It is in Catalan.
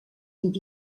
vint